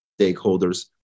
stakeholders